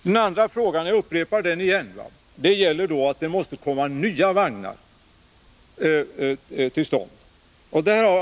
Den andra frågan — jag upprepar den igen — gäller att det måste komma till stånd nya vagnar.